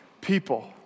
people